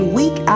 week